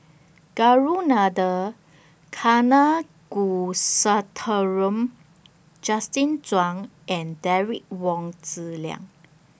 Ragunathar Kanagasuntheram Justin Zhuang and Derek Wong Zi Liang